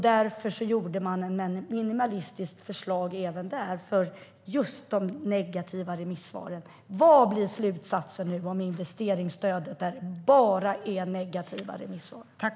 Därför gjorde man ett minimalistiskt förslag även där, just på grund av de negativa remissvaren. Vad blir slutsatsen nu om investeringsstödet, där det bara är negativa remissvar?